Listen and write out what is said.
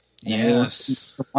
Yes